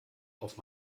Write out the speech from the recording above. auf